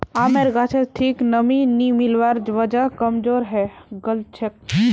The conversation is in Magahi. आमेर गाछोत ठीक नमीं नी मिलवार वजह कमजोर हैं गेलछेक